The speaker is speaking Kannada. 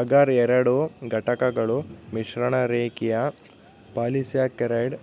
ಅಗರ್ ಎರಡು ಘಟಕಗಳ ಮಿಶ್ರಣ ರೇಖೀಯ ಪಾಲಿಸ್ಯಾಕರೈಡ್